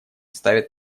ставит